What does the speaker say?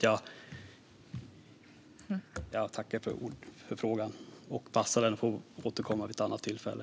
Jag passar nu och återkommer vid ett annat tillfälle.